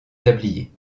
tablier